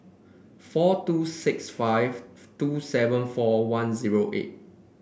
four two six five two seven four one zero eight